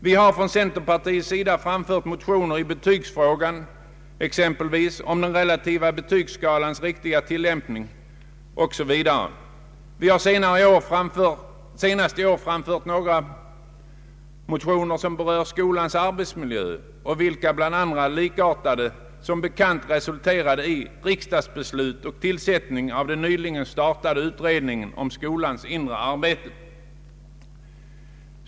Vi har från centerpartiets sida framfört motioner i betygsfrågan, exempelvis om den relativa betygsskalans riktiga tillämpning. Vi har senast i år framfört några motioner som handlar om skolans arbetsmiljö. Dessa och likartade motioner har som bekant resulterat i riksdagsbeslut och tillsättning av den nyligen startade utredningen om skolans inre arbete.